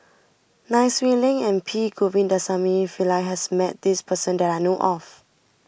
Nai Swee Leng and P Govindasamy Pillai has met this person that I know of